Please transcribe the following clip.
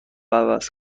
عوض